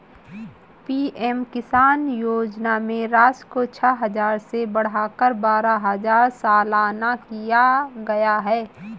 PM Kisan योजना में राशि को छह हजार से बढ़ाकर बारह हजार सालाना किया गया है